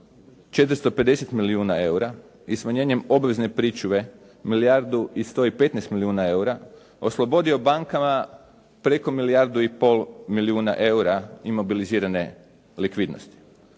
450 milijuna eura i smanjenjem obvezne pričuve milijardu i 115 milijuna eura oslobodio je bankama preko milijardu i pol milijuna eura imobilizirane likvidnosti.